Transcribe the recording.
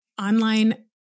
online